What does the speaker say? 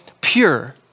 pure